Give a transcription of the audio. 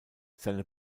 seine